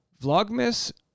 Vlogmas